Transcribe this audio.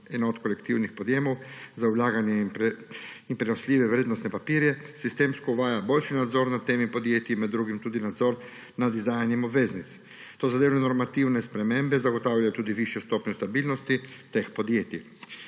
enot kolektivnih podjemov za vlaganje in prenosljive vrednostne papirje sistemsko uvaja boljši nadzor nad temi podjetji, med drugim tudi nadzor nad izdajanjem obveznic. Tozadevne normativne spremembe zagotavljajo tudi višjo stopnjo stabilnosti teh podjetij.